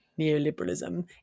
neoliberalism